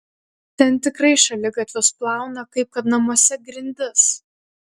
ten tikrai šaligatvius plauna kaip kad namuose grindis